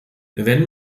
wenn